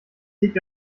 liegt